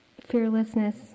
fearlessness